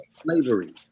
Slavery